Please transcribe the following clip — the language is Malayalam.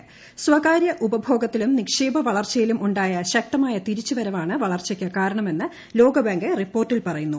സ്പ്രകാര്യ ഉപഭോഗത്തിലും നിക്ഷേപ വളർച്ചയിലും ഉണ്ടായ ശ്രക്തമായ തിരിച്ചുവരവാണ് വളർച്ചയ്ക്ക് കാരണമെന്ന് ല്യോക്കബാങ്ക് റിപ്പോർട്ടിൽ പറയുന്നു